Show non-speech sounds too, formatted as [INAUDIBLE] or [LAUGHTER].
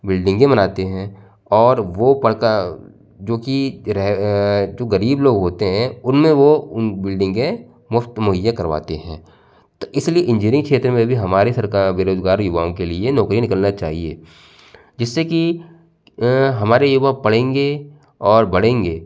बिल्डिंगें बनाते हैं और वो पढ़ता जो कि गरीब लोग होते हैं उनमें वो [UNINTELLIGIBLE] बिल्डिंगें मुफ्त मुहैया करवाते हैं तो इसलिए इंजीनियरिंग क्षेत्र में भी हमारी सरकार बेरोजगार युवाओं के लिए नौकरियाँ निकालना चाहिए जिससे कि अ हमारे युवा पढ़ेंगे और बढ़ेंगे